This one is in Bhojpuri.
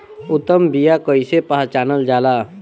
उत्तम बीया कईसे पहचानल जाला?